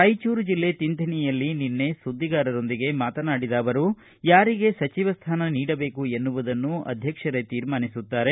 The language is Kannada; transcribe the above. ರಾಯಚೂರ ಜಿಲ್ಲೆ ತಿಂಥಿಣಿಯಲ್ಲಿ ನಿನ್ನೆ ಸುದ್ದಿಗಾರರೊಂದಿಗೆ ಮಾತನಾಡಿದ ಅವರು ಯಾರಿಗೆ ಸಚಿವ ಸ್ಥಾನ ನೀಡಬೇಕು ಎನ್ನುವುದನ್ನು ಅಧ್ಯಕ್ಷರೇ ತೀರ್ಮಾನಿಸುತ್ತಾರೆ